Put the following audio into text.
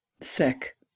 Sick